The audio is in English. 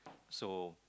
so